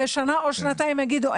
שנה או שנתיים יגידו,